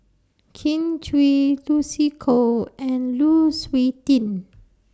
Kin Chui Lucy Koh and Lu Suitin